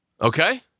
Okay